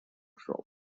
shop